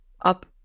Up